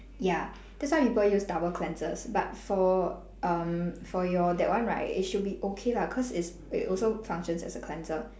ya that's why people use double cleansers but for um for your that one right it should be okay lah cause it's it also functions as a cleanser